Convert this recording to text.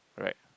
right